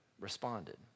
responded